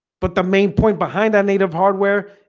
but the main point behind that native hardware